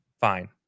Fine